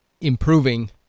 improving